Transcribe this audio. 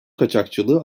kaçakçılığı